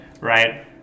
right